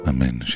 Amen